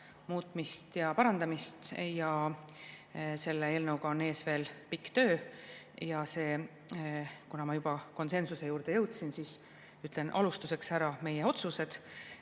muutmist ja parandamist ja ees on veel pikk töö. Kuna ma juba konsensuse juurde jõudsin, siis ütlen alustuseks ära meie otsused: